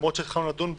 למרות שהתחלנו לדון בו.